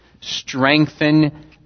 Strengthen